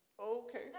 Okay